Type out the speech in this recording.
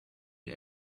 did